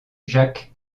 jacques